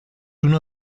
uno